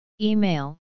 Email